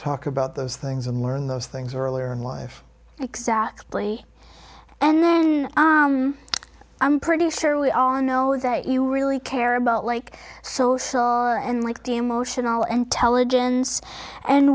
talk about those things i learn those things are earlier in life exactly and i'm pretty sure we all know that you really care about like social and like the emotional intelligence and